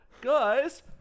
Guys